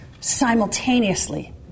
simultaneously